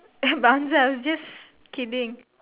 but I'm just I was just kidding